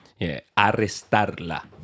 Arrestarla